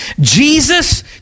Jesus